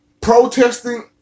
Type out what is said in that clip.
protesting